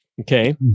Okay